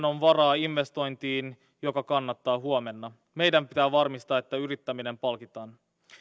on varaa investointiin joka kannattaa huomenna meidän pitää varmistaa että yrittäminen palkitaan